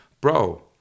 Bro